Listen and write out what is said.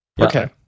Okay